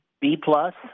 B-plus